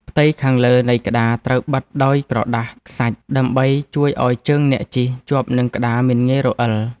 ផ្ទៃខាងលើនៃក្ដារត្រូវបិទដោយក្រដាសខ្សាច់ ដើម្បីជួយឱ្យជើងអ្នកជិះជាប់នឹងក្ដារមិនងាយរអិល។